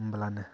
ओमब्लानो